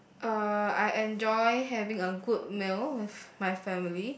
uh I enjoy having a good meal with my family